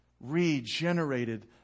regenerated